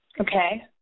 Okay